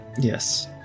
yes